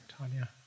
Tanya